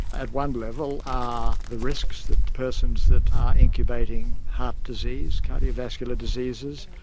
at one level are the risks that the persons that are incubating heart disease, cardiovascular diseases,